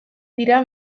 dira